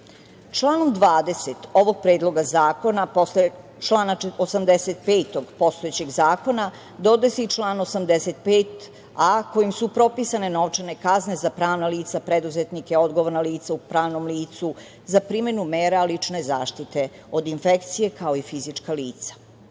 20. ovog predloga zakona posle člana 85. postojećeg zakona dodaje se i član 85a kojim su propisane novčane kazne za pravna lica, preduzetnike, odgovorna lica u pravnom licu, za primenu mera lične zaštite od infekcije kao i fizička lica. Lično